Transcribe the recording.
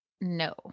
No